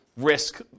Risk